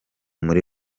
muri